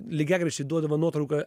lygiagrečiai duodavo nuotrauką